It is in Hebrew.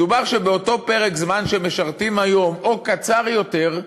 מדובר שבאותו פרק זמן שמשרתים היום, או קצר יותר,